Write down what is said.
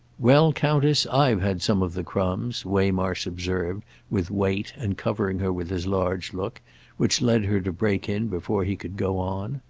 well, countess, i've had some of the crumbs, waymarsh observed with weight and covering her with his large look which led her to break in before he could go on.